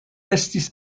estis